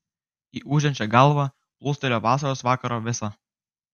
į ūžiančią galvą plūstelėjo vasaros vakaro vėsa